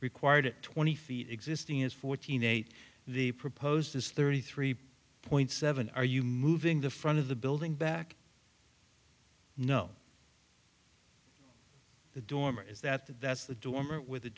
required twenty feet existing is fourteen eight the proposed is thirty three point seven are you moving the front of the building back no the dormer is that that's the dormer with